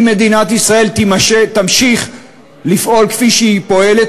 אם מדינת ישראל תמשיך לפעול כפי שהיא פועלת,